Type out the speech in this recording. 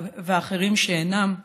ואחרים שאינם,